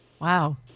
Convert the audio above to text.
Wow